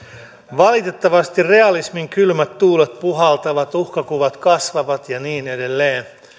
valitettavasti realismin kylmät tuulet puhaltavat uhkakuvat kasvavat ja niin edelleen